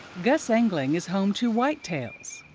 gus engeling is home to white tails,